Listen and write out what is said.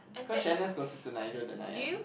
cause Sharon gossip to Nigel that night ya